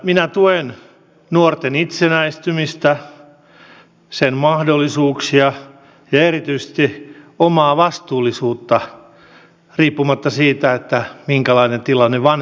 minä tuen nuorten itsenäistymistä sen mahdollisuuksia ja erityisesti omaa vastuullisuutta riippumatta siitä minkälainen tilanne vanhemmilla on